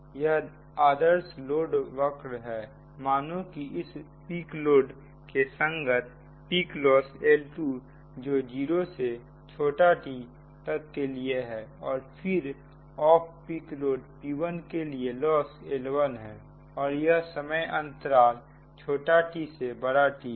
यह आदर्श लोडवक्र है मानो कि इस पीक लोड के संगत पीक लॉस L2 जो 0 से छोटा t तक के लिए है और फिर ऑफ पीक लोड P1 के लिए लॉस L1 है और यह समय अंतराल t से T है